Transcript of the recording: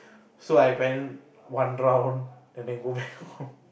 so I went one round and then go back home